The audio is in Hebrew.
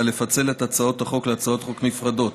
לפצל את הצעות החוק להצעות חוק נפרדות